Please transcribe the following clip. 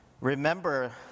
remember